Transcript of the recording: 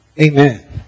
Amen